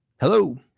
Hello